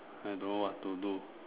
I know what to do